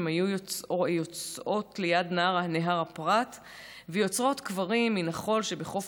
הן היו יוצאות ליד הנהר פרת ויוצרות קברים מן החול שבחוף